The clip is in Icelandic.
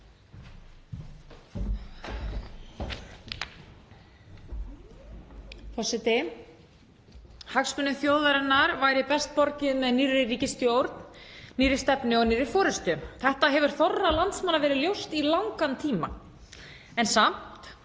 Forseti. Hagsmunum þjóðarinnar væri best borgið með nýrri ríkisstjórn og nýrri stefnu og nýrri forystu. Þetta hefur þorra landsmanna verið ljóst í langan tíma en samt